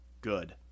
Good